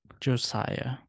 Josiah